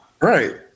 Right